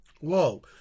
Whoa